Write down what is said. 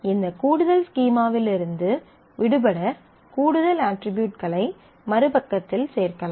இந்த கூடுதல் ஸ்கீமாவிலிருந்து விடுபட கூடுதல் அட்ரிபியூட்களை மறுபக்கத்தில் சேர்க்கலாம்